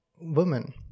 woman